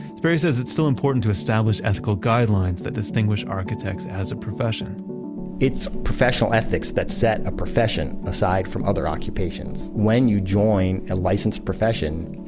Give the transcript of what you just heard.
sperry says it's still important to establish ethical guidelines that distinguish architects as a profession it's professional ethics that set a profession aside from other occupations. when you join a licensed profession,